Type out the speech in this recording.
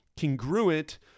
congruent